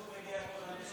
מה יש